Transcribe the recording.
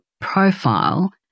profile